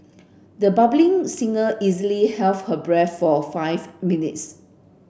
the budding singer easily her breath for five minutes